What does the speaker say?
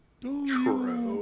True